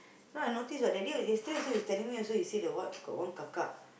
now I notice that day yesterday also he's telling me also he say the what got one kakak